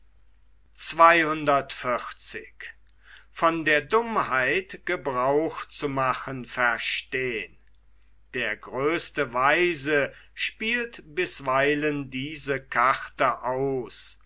von der dummheit gebrauch zu machen verstehn der größte weise spielt bisweilen diese karte aus